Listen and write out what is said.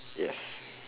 yes